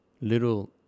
little